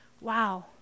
wow